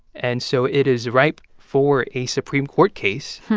and so it is ripe for a supreme court case.